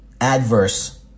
adverse